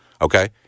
okay